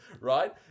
right